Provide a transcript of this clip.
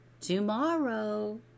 tomorrow